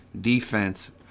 defense